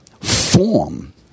form